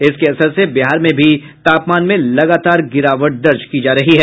इसके असर से बिहार में भी तापमान में लगातार गिरावट आ रही है